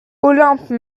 olympe